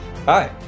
Hi